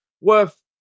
worth